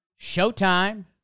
Showtime